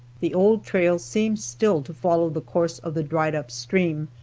the old trail seemed still to follow the course of the dried-up stream,